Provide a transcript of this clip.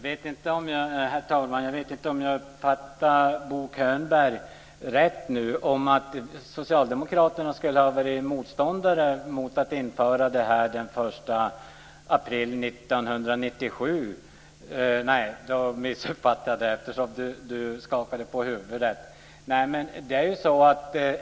Herr talman! Jag vet inte om jag uppfattade Bo Könberg rätt. Undrade han om socialdemokraterna skulle varit motståndare mot att införa ändringen den 1 april 1997? Nej, då missuppfattade jag det, eftersom Bo Könberg skakar på huvudet.